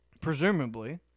presumably